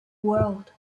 world